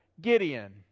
Gideon